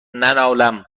ننالم